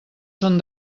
són